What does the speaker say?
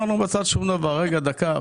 לא שמרנו בצד שום דבר רגע דקה,